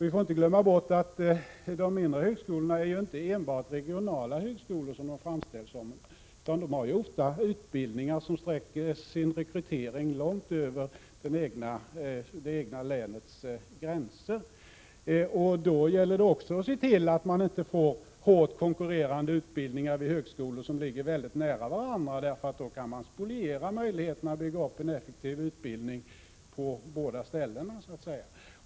Vi får inte glömma bort att de mindre högskolorna inte enbart är regionala högskolor, vilket de framställs som, utan ofta har utbildningar som sträcker sin rekrytering långt över det egna länets gränser. Då gäller det också att se till, att man inte får hårt konkurrerande utbildningar vid högskolor som ligger väldigt nära varandra, eftersom man då kan spoliera möjligheterna att bygga upp en effektiv utbildning på båda ställena.